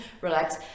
relax